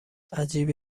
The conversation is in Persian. عجیبه